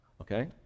Okay